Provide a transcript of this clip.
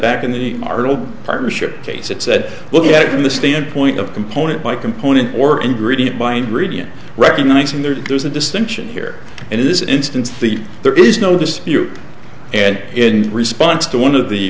back in the article partnership case it said look at it from the standpoint of component by component or ingredient mind reading and recognizing there's a distinction here and in this instance the there is no dispute and in response to one of the